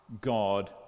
God